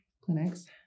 clinics